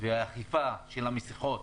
והאכיפה של המסכות